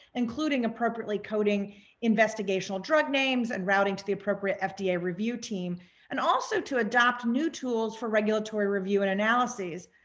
including appropriately coding investigational drug names and routing to the appropriate fda review team and also to adopt new tools for regulatory review and analyses.